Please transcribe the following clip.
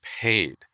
paid